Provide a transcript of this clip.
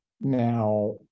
Now